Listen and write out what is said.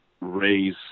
raise